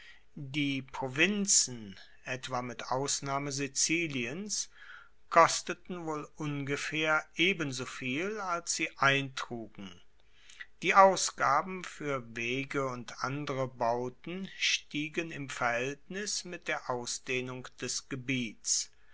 die provinzen etwa mit ausnahme siziliens kosteten wohl ungefaehr ebensoviel als sie eintrugen die ausgaben fuer wege und andere bauten stiegen im verhaeltnis mit der ausdehnung des gebiets